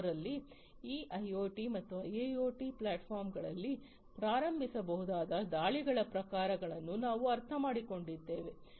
0 ರಲ್ಲಿ ಈ ಐಒಟಿ ಮತ್ತು ಐಐಒಟಿ ಪ್ಲಾಟ್ಫಾರ್ಮ್ಗಳಲ್ಲಿ ಪ್ರಾರಂಭಿಸಬಹುದಾದ ದಾಳಿಗಳ ಪ್ರಕಾರಗಳನ್ನು ನಾವು ಅರ್ಥಮಾಡಿಕೊಂಡಿದ್ದೇವೆ